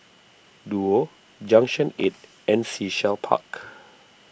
Duo Junction eight and Sea Shell Park